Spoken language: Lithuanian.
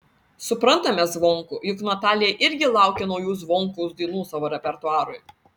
suprantame zvonkų juk natalija irgi laukia naujų zvonkaus dainų savo repertuarui